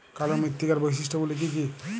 কালো মৃত্তিকার বৈশিষ্ট্য গুলি কি কি?